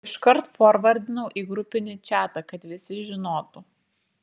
iškart forvardinau į grupinį čatą kad visi žinotų